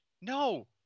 No